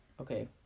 Okay